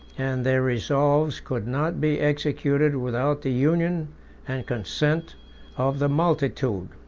and their resolves could not be executed without the union and consent of the multitude.